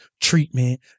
treatment